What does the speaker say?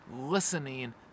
listening